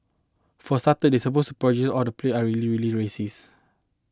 for starter the supposed protagonist all the play are really really racist